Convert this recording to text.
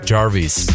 Jarvis